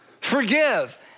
forgive